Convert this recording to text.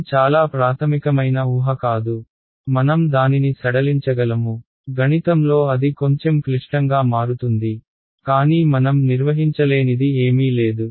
ఇది చాలా ప్రాథమికమైన ఊహ కాదు మనం దానిని సడలించగలము గణితంలో అది కొంచెం క్లిష్టంగా మారుతుంది కానీ మనం నిర్వహించలేనిది ఏమీ లేదు